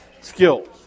skills